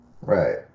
Right